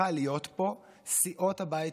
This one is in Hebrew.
יכול היה להיות פה שסיעות הבית,